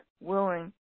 willing